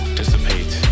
dissipate